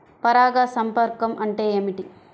పరాగ సంపర్కం అంటే ఏమిటి?